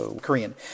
Korean